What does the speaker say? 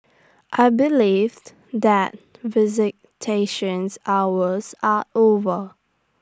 I believed that visitations hours are over